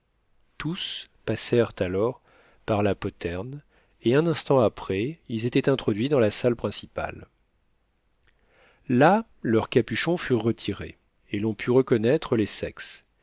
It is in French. tous passèrent alors par la poterne et un instant après ils étaient introduits dans la salle principale là leurs capuchons furent retirés et l'on put reconnaître les sexes